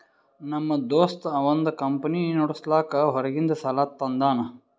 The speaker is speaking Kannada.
ನಮ್ ದೋಸ್ತ ಅವಂದ್ ಕಂಪನಿ ನಡುಸ್ಲಾಕ್ ಹೊರಗಿಂದ್ ಸಾಲಾ ತಂದಾನ್